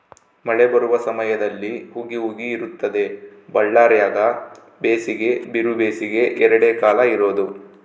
ಮಳೆ ಬರುವ ಸಮಯದಲ್ಲಿ ಹುಗಿ ಹುಗಿ ಇರುತ್ತದೆ ಬಳ್ಳಾರ್ಯಾಗ ಬೇಸಿಗೆ ಬಿರುಬೇಸಿಗೆ ಎರಡೇ ಕಾಲ ಇರೋದು